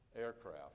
aircraft